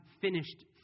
finished